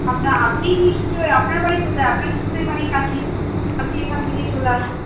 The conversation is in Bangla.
আপনা আপনি নিশ্চয়ই আপনার বাড়ি কোথায় আপনার নিশ্চয়ই বাড়ি কাছে আপনি এখান থেকে চলে আসুন